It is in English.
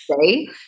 say